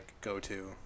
go-to